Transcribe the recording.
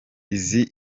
isi